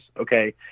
Okay